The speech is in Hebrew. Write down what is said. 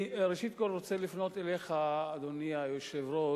ראשית, אני רוצה לפנות אליך, אדוני היושב-ראש,